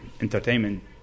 entertainment